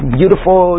beautiful